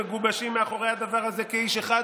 שמגובשים מאחורי הדבר הזה כאיש אחד,